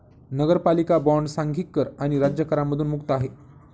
नगरपालिका बॉण्ड सांघिक कर आणि राज्य करांमधून मुक्त आहे